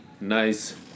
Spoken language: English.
nice